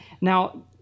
Now